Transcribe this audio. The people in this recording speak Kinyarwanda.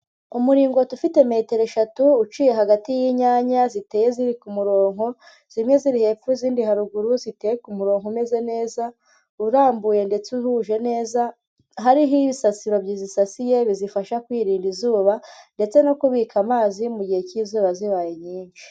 Umuringoti ufite metero eshatu uciye hagati y'inyanya ziteye ziri ku murongo; zimwe ziri hepfo izindi haruguru, ziteka umurongo umeze neza, urambuye ndetse uhuje neza, hariho ibisasiro bizisasiye bizifasha kwirinda izuba ndetse no kubika amazi mu gihe cy'izuba zibaye nyinshi.